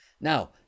Now